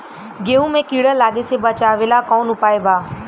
गेहूँ मे कीड़ा लागे से बचावेला कौन उपाय बा?